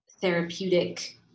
therapeutic